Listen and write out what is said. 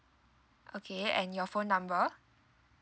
okay and your phone number